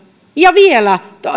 ja vielä